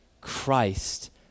christ